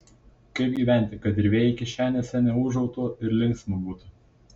kaip gyventi kad ir vėjai kišenėse neūžautų ir linksma būtų